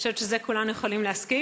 אני חושבת שעל זה כולנו יכולים להסכים.